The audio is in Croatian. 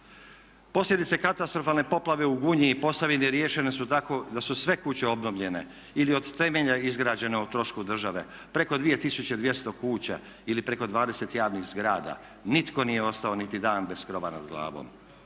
Posljedice katastrofalne poplave u Gunji i Posavini riješene su tako da su sve kuće obnovljene ili od temelja izgrađene o trošku države, preko 2200 kuća ili preko 20 javnih zgrada. Nitko nije ostao niti dan bez krova nad glavom.